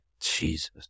Jesus